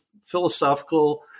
philosophical